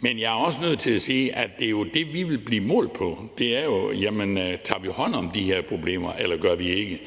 men jeg er også nødt til at sige, at det jo er det, vi vil blive målt på. Det er jo: Tager vi hånd om de her problemer, eller gør vi ikke?